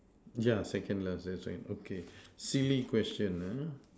yeah second last that's why okay silly question uh